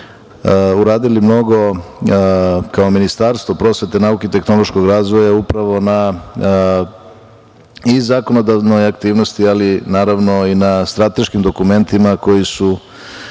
uradili mnogo kao Ministarstvo prosvete, nauke i tehnološkog razvoja upravo na, i zakonodavnoj aktivnosti, ali naravno, na strateškim dokumentima koji su